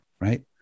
right